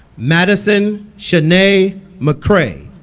madison shanay mccray